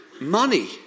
money